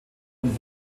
und